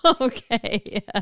okay